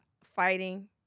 fighting